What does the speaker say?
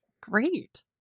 Great